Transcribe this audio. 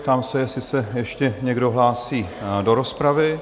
Ptám se, jestli se ještě někdo hlásí do rozpravy?